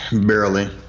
Barely